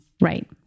Right